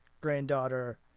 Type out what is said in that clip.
granddaughter